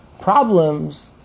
problems